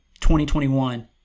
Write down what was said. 2021